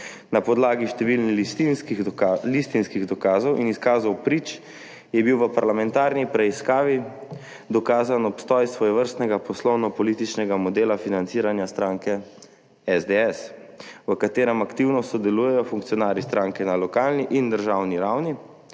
Na podlagi številnih listinskih dokazov in izkazov prič je bil v parlamentarni preiskavi dokazan obstoj svojevrstnega poslovno-političnega modela financiranja stranke SDS, v katerem aktivno sodelujejo funkcionarji stranke na lokalni in državni ravni,